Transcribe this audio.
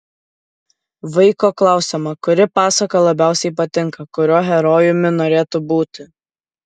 vaiko klausiama kuri pasaka labiausiai patinka kuriuo herojumi norėtų būti